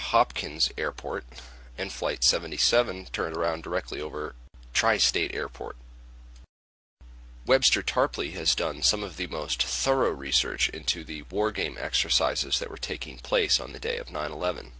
hopkins airport and flight seventy seven turned around directly over tri state airport webster tarpley has done some of the most federal research into the war game exercises that were taking place on the day of nine eleven